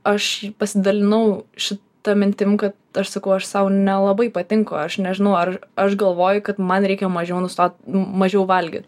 aš pasidalinau šita mintim kad aš sakau aš sau nelabai patinku aš nežinau ar aš galvoju kad man reikia mažiau nustot mažiau valgyt